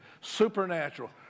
Supernatural